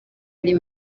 ari